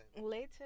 Later